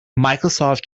microsoft